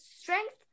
strength